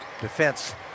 defense